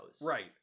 right